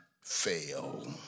fail